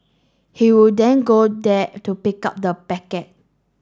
he would then go there to pick up the packet